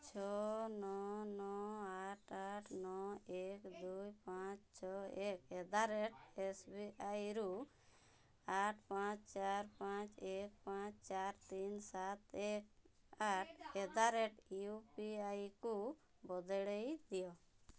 ଛଅ ନଅ ନଅ ଆଠ ଆଠ ନଅ ଏକ ଦୁଇ ପାଞ୍ଚ ଛଅ ଏକ at the rate S B I ରୁ ଆଠ ପାଞ୍ଚ ଚାରି ପାଞ୍ଚ ଏକ ପାଞ୍ଚ ଚାରି ତିନି ସାତ ଏକ ଆଠ at the rate U P I କୁ ବଦଳେଇ ଦିଅ